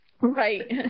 Right